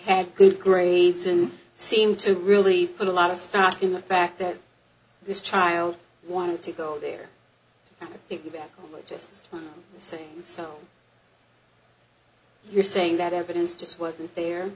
had good grades and seemed to really put a lot of stock in the fact that this child wanted to go there it just say so you're saying that evidence just wasn't there